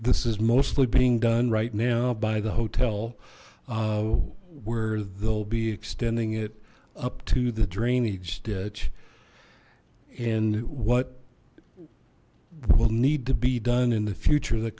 this is mostly being done right now by the hotel where they'll be extending it up to the drainage ditch and what will need to be done in the future that